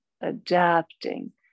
adapting